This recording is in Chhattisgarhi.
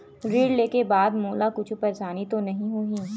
ऋण लेके बाद मोला कुछु परेशानी तो नहीं होही?